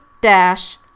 dash